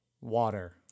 Water